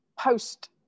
post